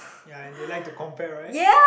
ya and they like to compare right